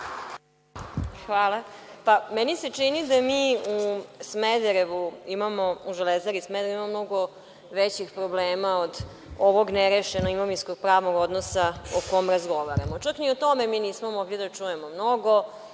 Hvala. Meni se čini da mi u „Železari Smederevo“ imamo mnogo većih problema od ovog nerešenog imovinsko-pravnog odnosa o kom razgovaramo. Čak ni o tome mi nismo mogli da čujemo mnogo.